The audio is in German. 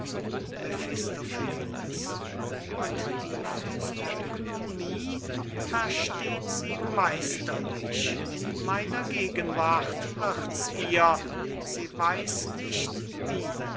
mephistopheles und die physiognomie versteht sie meisterlich in meiner gegenwart wird's ihr sie weiß nicht wie